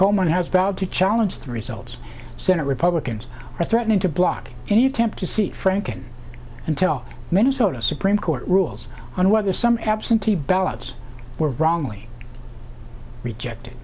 coleman has vowed to challenge the results senate republicans are threatening to block any attempt to see franken until minnesota supreme court rules on whether some absentee ballots were wrongly rejected